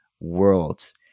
worlds